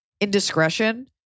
indiscretion